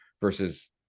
versus